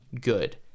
good